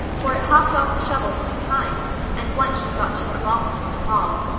for it hopped off the shovel three times and once she thought she had lost it in the hall.